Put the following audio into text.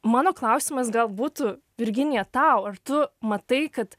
mano klausimas gal būtų virginija tau ar tu matai kad